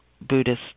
Buddhist